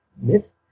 myth